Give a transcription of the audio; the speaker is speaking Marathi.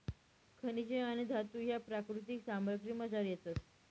खनिजे आणि धातू ह्या प्राकृतिक सामग्रीमझार येतस